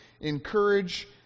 encourage